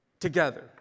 together